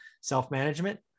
self-management